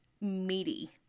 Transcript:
meaty